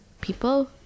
people